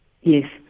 Yes